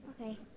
Okay